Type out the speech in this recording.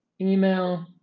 email